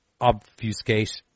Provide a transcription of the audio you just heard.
obfuscate